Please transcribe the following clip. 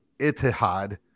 Itihad